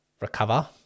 recover